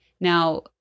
now